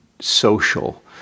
social